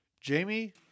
Jamie